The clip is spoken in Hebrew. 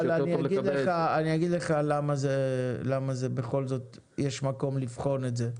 אבל אני אגיד לך למה זה בכל זאת יש מקום לבחון את זה,